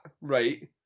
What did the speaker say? right